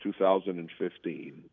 2015